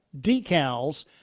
decals